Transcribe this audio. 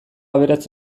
aberats